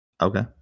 Okay